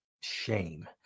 Shame